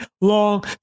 long